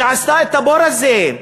שעשתה את הבור הזה,